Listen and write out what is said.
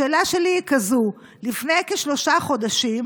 השאלה שלי היא כזאת: לפני כשלושה חודשים